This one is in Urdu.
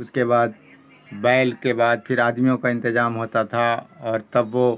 اس کے بعد بیل کے بعد پھر آدمیوں کا انتظام ہوتا تھا اور تب وہ